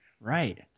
Right